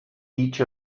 each